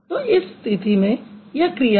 तो इस स्थिति में यह क्रिया है